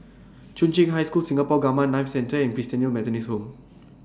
Chung Cheng High School Singapore Gamma Knife Centre and Christalite Methodist Home